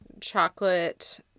chocolate